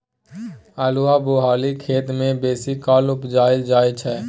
अल्हुआ बलुआही खेत मे बेसीकाल उपजाएल जाइ छै